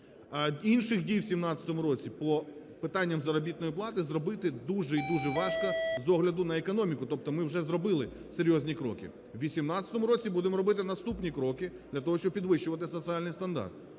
Інших дій в 17-му році по питанням заробітної плати зробити дуже і дуже важко з огляду на економіку, тобто ми вже зробили серйозні кроки. В 18-му році будемо робити наступні кроки для того, щоб підвищувати соціальний стандарт.